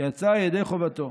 "יצא ידי חובתו",